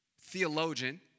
theologian